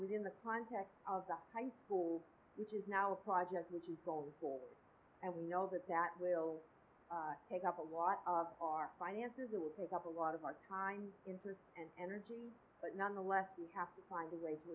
within the context of the high school which is now a project which is goals and we know that that will take up a lot of our finances it will take up a lot of our time interest and energy but nonetheless we have to find a way